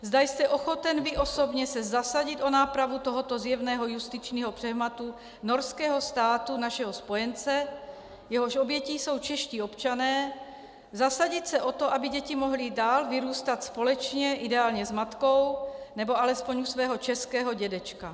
Zda jste ochoten vy osobně se zasadit o nápravu tohoto zjevného justičního přehmatu norského státu, našeho spojence, jehož obětí jsou čeští občané, zasadit se o to, aby děti mohly dál vyrůstat společně, ideálně s matkou nebo alespoň u svého českého dědečka.